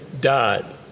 died